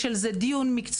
יש על זה דיון מקצועי,